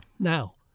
Now